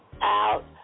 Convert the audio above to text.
out